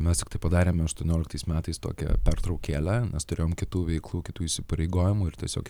mesk tiktai padarėme aštuonioliktais metais tokią pertraukėlę nes turėjom kitų veiklų kitų įsipareigojimų ir tiesiog